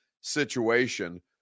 situation